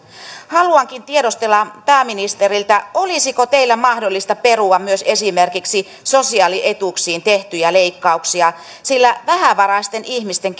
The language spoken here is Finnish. haluankin tiedustella pääministeriltä olisiko teidän mahdollista perua myös esimerkiksi sosiaalietuuksiin tehtyjä leikkauksia sillä vähävaraisten ihmisten